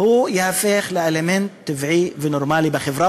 הוא ייהפך לאלמנט טבעי ונורמלי בחברה